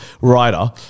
writer